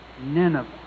Nineveh